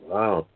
Wow